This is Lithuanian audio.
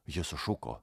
ji sušuko